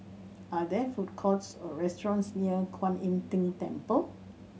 are there food courts or restaurants near Kuan Im Tng Temple